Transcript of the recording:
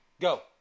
Go